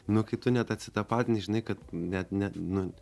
nu kai tu net atsitapatini žinai kad net ne nu